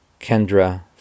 Kendra